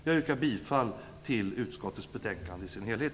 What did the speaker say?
Jag yrkar bifall till utskottets hemställan i dess helhet.